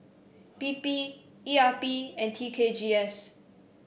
P P E R P and T K G S